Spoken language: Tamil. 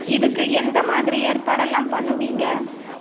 இதுக்கு எந்த மாதிரி ஏற்பாடெல்லாம் பண்ணுவீங்க